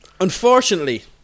Unfortunately